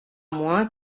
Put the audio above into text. moins